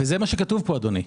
וזה מה שכתוב כאן, אדוני.